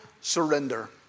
surrender